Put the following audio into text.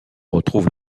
retrouve